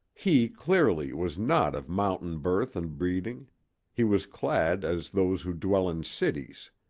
he, clearly, was not of mountain birth and breeding he was clad as those who dwell in cities.